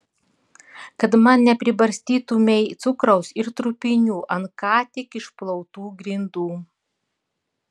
kad man nepribarstytumei cukraus ir trupinių ant ką tik išplautų grindų